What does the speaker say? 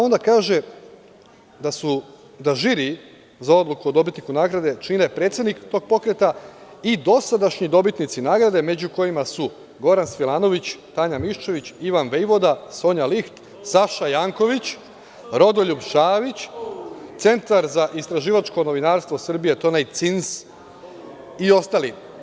Onda kaže da žiri za odluku o dobitniku nagrade čine predsednik tog pokreta i dosadašnji dobitnici nagrade među kojima su Goran Svilanović, Tanja Miščević, Ivan Vejvoda, Sonja Liht, Saša Janković, Rodoljub Šabić, „Centar za istraživačko novinarstvo“, to je onaj CINS i ostali.